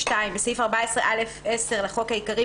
2.בסעיף 14(א)(10) לחוק העיקרי,